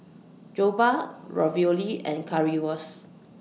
Jokbal Ravioli and Currywurst